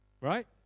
right